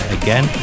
again